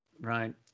Right